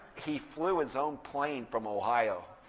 he flew his own plane from ohio.